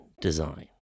design